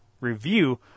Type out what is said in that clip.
review